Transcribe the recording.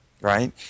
right